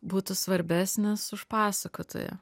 būtų svarbesnis už pasakotoją